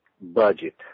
budget